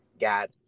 got